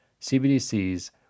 CBDCs